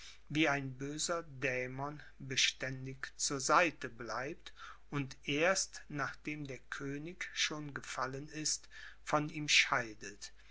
wie ein böser dämon beständig zur seite bleibt und erst nachdem der könig schon gefallen ist von ihm scheidet